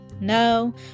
No